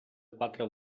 quatre